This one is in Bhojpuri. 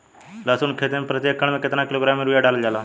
लहसुन के खेती में प्रतेक एकड़ में केतना किलोग्राम यूरिया डालल जाला?